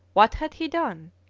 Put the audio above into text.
what had he done?